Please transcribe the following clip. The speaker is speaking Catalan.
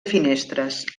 finestres